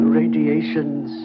radiations